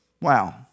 Wow